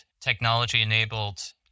technology-enabled